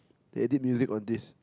they did music on this